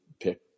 pick